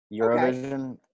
eurovision